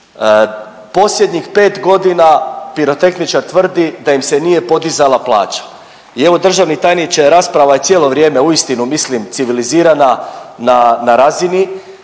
Posljednjih 5 godina pirotehničar tvrdi da im se nije podizala plaća. I evo državni tajniče … rasprava je cijelo vrijeme uistinu, mislim, civilizirana, na razini,